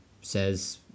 says